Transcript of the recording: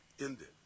ended